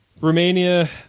Romania